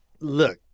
look